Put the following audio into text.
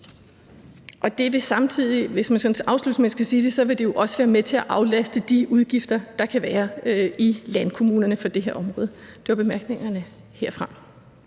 Sådan afslutningsvis kan man sige, at det jo også vil være med til at aflaste de udgifter, der kan være i landkommunerne på det her område. Det var bemærkningerne herfra.